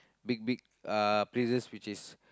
big big uh places which is